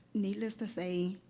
needless to say,